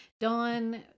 Dawn